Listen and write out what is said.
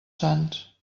sants